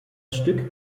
stück